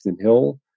Hill